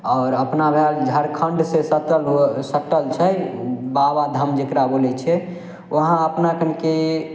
आओर अपना वएह झारखंडसँ सटल सटल छै बाबाधाम जकरा बोलय छै वहाँ अपना कनके